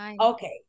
okay